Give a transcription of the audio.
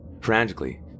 Frantically